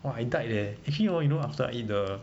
!wah! I died leh actually hor you know after I eat the